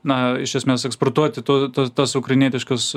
na iš esmės eksportuoti tų tas tas ukrainietiškas